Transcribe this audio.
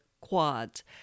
quads